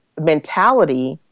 mentality